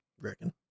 Reckon